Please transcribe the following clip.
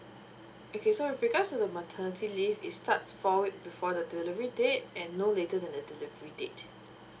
okay so with regards to the maternity leave it's starts four week before the delivery date and no later than the delivery date